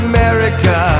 America